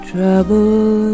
Trouble